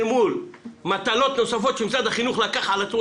אל מול מטלות נוספות שמשרד החינוך לקח על עצמו,